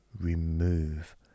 remove